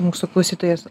mūsų klausytojas